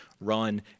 run